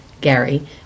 Gary